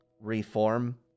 reform